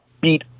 beat